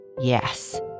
Yes